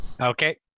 Okay